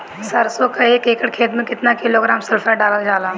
सरसों क एक एकड़ खेते में केतना किलोग्राम सल्फर डालल जाला?